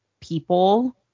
people